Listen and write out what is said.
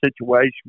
situation